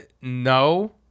No